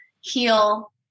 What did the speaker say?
heal